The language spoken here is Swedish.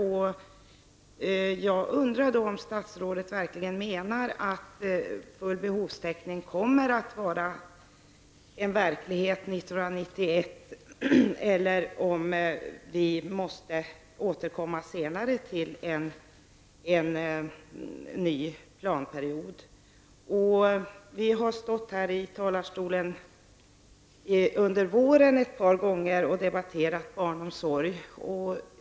Jag undrar om statsrådet verkligen menar att full behovstäckning kommer att vara en verklighet till 1991 eller om vi måste återkomma senare till en ny planperiod. Vi har stått här i talarstolen ett par gånger under våren och debatterat barnomsorg.